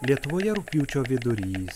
lietuvoje rugpjūčio vidurys